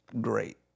great